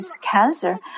cancer